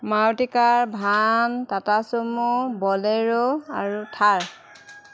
Maruti car van Tata sumo Bolero আৰু থাৰ